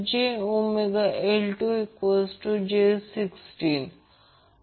तर या RL series circuit प्रकरणात आकृती 1 च्या बाबतीत आपण मॅक्झिमम स्टोअरड एनर्जीचा अभ्यास केला आहे